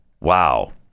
Wow